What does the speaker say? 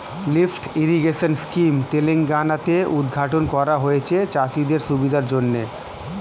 lift irrigation scheme Telangana তে উদ্ঘাটন করা হয়েছে চাষিদের সুবিধার জন্যে